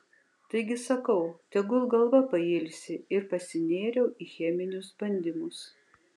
taigi sakau tegul galva pailsi ir pasinėriau į cheminius bandymus